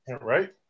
Right